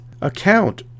account